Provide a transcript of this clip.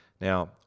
Now